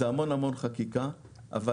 זאת חקיקה גדולה,